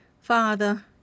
Father